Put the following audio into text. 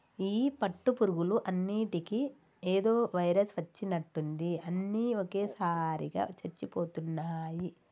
ఈ పట్టు పురుగులు అన్నిటికీ ఏదో వైరస్ వచ్చినట్టుంది అన్ని ఒకేసారిగా చచ్చిపోతున్నాయి